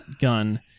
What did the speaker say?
gun